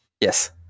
Yes